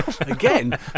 Again